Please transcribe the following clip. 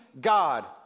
God